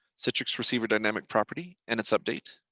citrix receiver dynamic property and it's update,